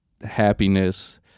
happiness